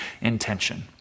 intention